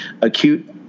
acute